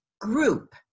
group